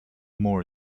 more